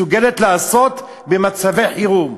מה הממשלה, בשעת אמת, מסוגלת לעשות, במצבי חירום.